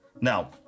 Now